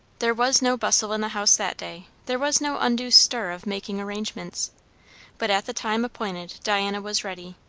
there was no bustle in the house that day, there was no undue stir of making arrangements but at the time appointed diana was ready.